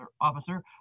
officer